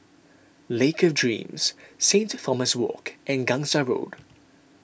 Lake of Dreams Saint Thomas Walk and Gangsa Road